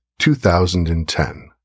2010